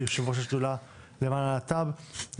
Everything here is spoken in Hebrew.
יושב ראש השדולה למען הלהט"ב,